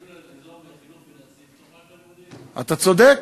אתה צודק.